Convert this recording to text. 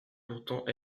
pourtant